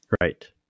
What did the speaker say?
Right